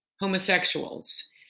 homosexuals